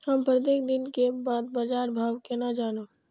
हम प्रत्येक दिन के बाद बाजार भाव केना जानब?